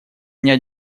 меня